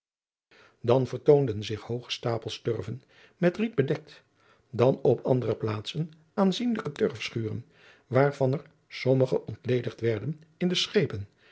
dan vertoonden zich hooge stapels turven met riet gedekt dan op andere plaaten aanzienlijke turfschuren waar van er sommige ontledigd werden in de schepen